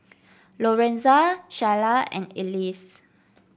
Lorenza Shayla and Elise